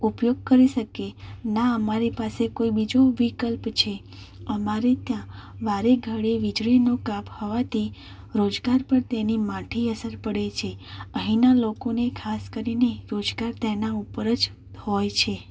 ઉપયોગ કરી શકીએ ન અમારી પાસે બીજું કોઈ વિકલ્પ છે અમારે ત્યાં વારે ઘડીએ વીજળીનો કાપ હોવાથી રોજગાર પર તેની માઠી અસર પડે છે અહીંના લોકોને ખાસ કરીને રોજગાર તેના ઉપર જ હોય છે